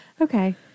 Okay